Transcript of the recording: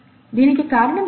దీనికి కారణం ఏమిటి